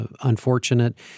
unfortunate